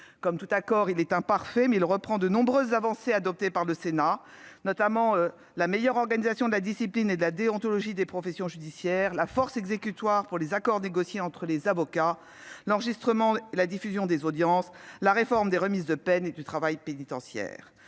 Comme tout accord, celui-ci est imparfait, mais il reprend de nombreuses avancées adoptées par le Sénat, notamment la meilleure organisation de la discipline et de la déontologie des professions judiciaires, la force exécutoire pour les accords négociés entre avocats, l'enregistrement et la diffusion des audiences, ou la réforme des remises de peine et du travail pénitentiaire.